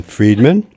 Friedman